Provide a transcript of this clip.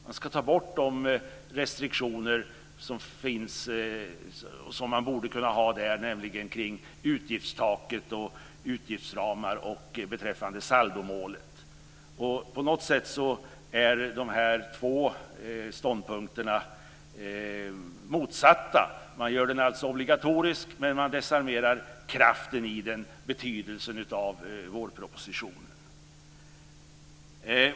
Man ska ta bort de restriktioner som finns, som man borde kunna ha där, som gäller utgiftstaket, utgiftsramar och saldomålet. På något sätt är de här två ståndpunkterna motsatta. Man gör alltså vårpropositionen obligatorisk, men man desarmerar kraften i den och betydelsen av den.